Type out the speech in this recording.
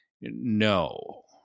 no